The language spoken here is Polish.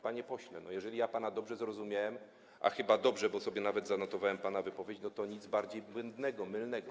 Panie pośle, jeżeli ja pana dobrze zrozumiałem, a chyba dobrze, bo sobie nawet zanotowałem pana wypowiedź, to nic bardziej mylnego.